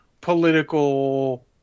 political